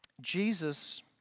Jesus